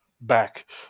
back